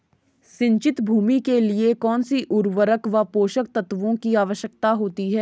सिंचित भूमि के लिए कौन सी उर्वरक व पोषक तत्वों की आवश्यकता होती है?